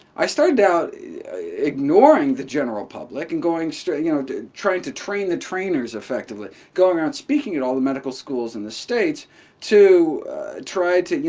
i started out ignoring the general public and going straight, you know, trying to train the trainers effectively, going around speaking at all the medical schools in the states to try to, you